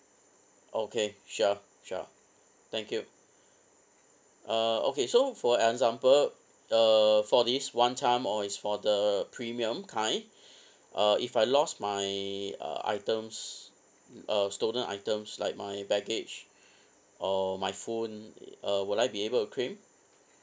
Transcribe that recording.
okay sure sure thank you uh okay so for example uh for this one time or it's for the premium kind uh if I lost my uh items uh stolen items like my baggage or my phone uh will I be able to claim